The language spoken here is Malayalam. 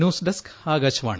news desk Akashvani